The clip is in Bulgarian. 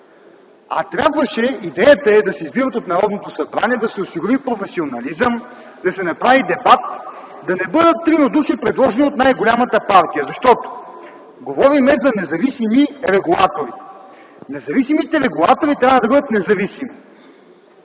е? Така е. Идеята е да се избират от Народното събрание, да се осигури професионализъм, да се направи дебат, да не бъдат трима души, предложени от най-голямата партия, защото говорим за независими регулатори. Независимите регулатори трябва да бъдат независими,